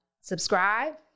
subscribe